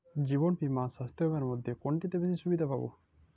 জীবন বীমা আর স্বাস্থ্য বীমার মধ্যে কোনটিতে বেশী সুবিধে পাব?